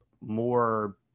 more